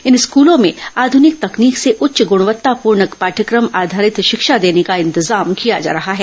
इन स्कूलों में आध्निक तकनीक से उच्च ग्रणवत्ता पूर्ण पाठ्यक्रम आधारित शिक्षा देने का इंतजाम किया जा रहा है